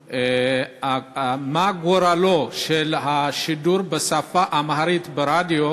מה גורלו של השידור בשפה האמהרית ברדיו?